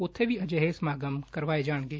ਉਬੇ ਵੀ ਅਜਿਹੈ ਸਮਾਗਮ ਕਰਵਾਏ ਜਾਣਗੇ